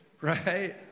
right